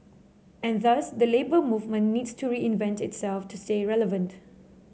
and thus the Labour Movement needs to reinvent itself to stay relevant